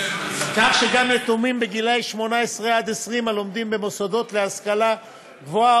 כך שגם יתומים בגילי 18 20 הלומדים במוסדות להשכלה גבוהה